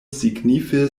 signife